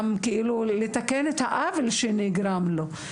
ולתקן את העוול שנגרם לו?